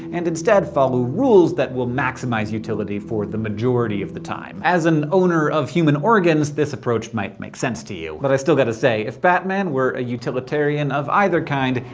and instead follow rules that will maximize utility for the majority of the time. as an owner of human organs, this approach might make sense to you. but i still gotta say if batman were a utilitarian of either kind,